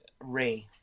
Ray